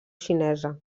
xinesa